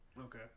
Okay